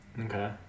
Okay